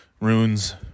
runes